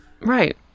right